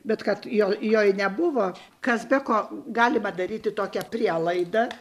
bet kad jo joj nebuvo kas be ko galima daryti tokią prielaidą